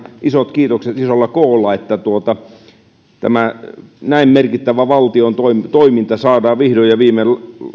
isot kiitokset isolla klla että näin merkittävä valtion toiminta toiminta saadaan vihdoin ja viimein